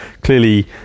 clearly